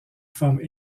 forment